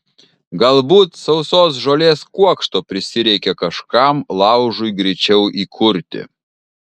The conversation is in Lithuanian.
galbūt sausos žolės kuokšto prisireikė kažkam laužui greičiau įkurti